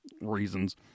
reasons